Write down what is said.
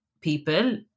people